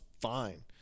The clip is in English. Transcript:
fine